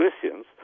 Christians